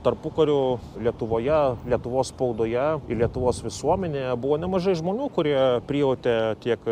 tarpukariu lietuvoje lietuvos spaudoje ir lietuvos visuomenėje buvo nemažai žmonių kurie prijautė tiek